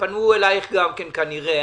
ופנו אליך גם כן כנראה,